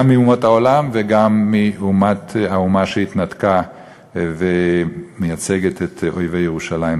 גם מאומות העולם וגם מהאומה שהתנתקה ומייצגת את אויבי ירושלים.